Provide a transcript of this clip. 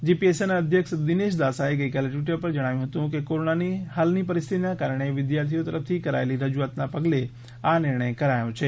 જીપીએસસીના અધ્યક્ષ દિનેશ દાસાએ ગઇકાલે ટ઼વિટર પર જણાવ્યું હતું કે કોરોનાની હાલની પરિસ્થિતીના કારણે વિદ્યાર્થીઓએ તરફથી કરાયેલી રજૂઆતના પગલે આ નિર્ણય કરાયો છે